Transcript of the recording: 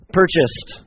purchased